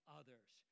others